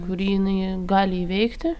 kurį jinai gali įveikti